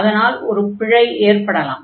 அதனால் ஒரு பிழை ஏற்படலாம்